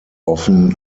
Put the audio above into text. often